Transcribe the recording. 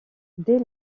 dès